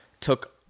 took